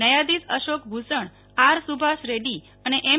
ન્યાયાધિશ અશોક ભૂષણ આર સુભષ રેડી અને એમ